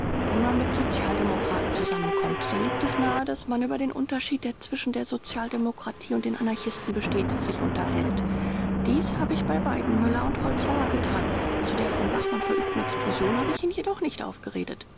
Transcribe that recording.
wenn man mit sozialdemokraten zusammenkommt da liegt es nahe daß man über den unterschied der zwischen der sozialdemokratie und den anarchisten besteht sich unterhält dies habe ich bei weidenmüller und holzhauer getan zu der von bachmann verübten explosion habe ich ihn jedoch nicht aufgeredet